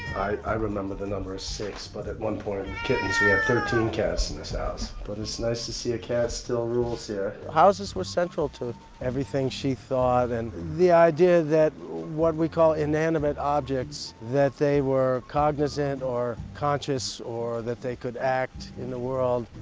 i remember the number as six but at one point with kittens, we had thirteen cats in this house. but it's nice to see a cat still rules here. houses were central to everything she thought and the idea that what we call inanimate objects, that they were cognizant or conscious or that they could act in the world.